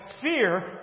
fear